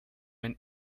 ein